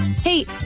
Hey